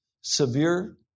severe